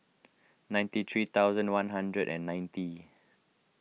ninety three thousand one hundred and ninety